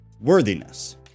worthiness